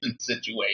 situation